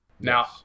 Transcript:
Now